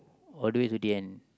all the way to the end